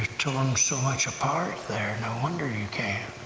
torn so much apart there, no wonder you can't.